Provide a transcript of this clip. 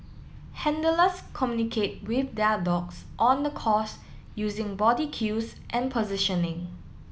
handlers communicate with their dogs on the course using body cues and positioning